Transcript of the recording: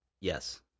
Yes